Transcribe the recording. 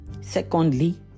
Secondly